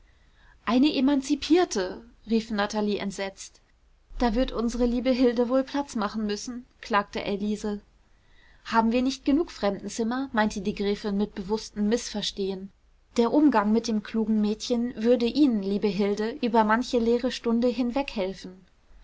eine emanzipierte rief natalie entsetzt da wird unsere liebe hilde wohl platz machen müssen klagte elise haben wir nicht genug fremdenzimmer meinte die gräfin mit bewußtem mißverstehen der umgang mit dem klugen mädchen würde ihnen liebe hilde über manche leere stunde hinweghelfen